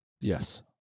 Yes